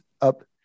up